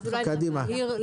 אני אקרא: